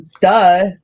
duh